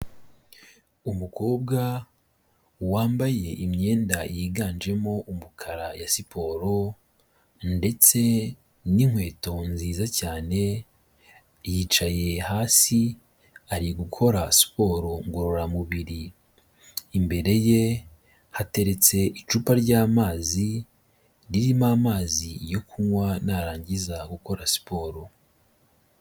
Umukobwa wambaye imyenda yiganjemo umukara ya siporo ndetse n'inkweto nziza cyane, yicaye hasi, ari gukora siporo ngororamubiri, imbere ye hateretse icupa ry'amazi, ririmo amazi yo kunywa narangiza gukora siporo.